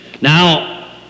Now